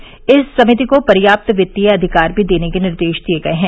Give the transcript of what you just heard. उन्होंने इस समिति को पर्याप्त वित्तीय अधिकार भी देने के निर्देश दिए हैं